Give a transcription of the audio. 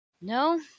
No